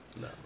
No